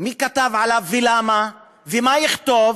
מי כתב עליו ולמה, ומה יכתוב.